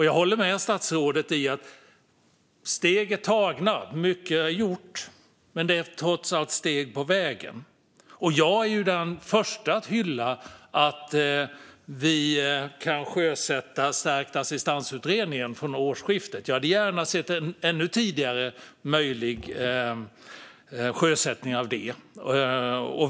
Jag håller med statsrådet om att steg är tagna och att mycket är gjort. Men det är trots allt bara steg på vägen. Jag är den förste att hylla att vi kan sjösätta utredningen om stärkt assistans från årsskiftet. Men jag hade gärna sett en ännu tidigare sjösättning.